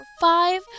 five